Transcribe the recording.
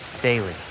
daily